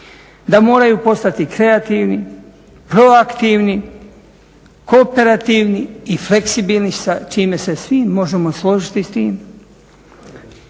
da moraju postati kreativni, proaktivni, kooperativni i fleksibilni sa čime se svi možemo složiti s tim